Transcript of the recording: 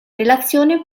relazione